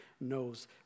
knows